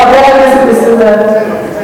חבר הכנסת נסים זאב.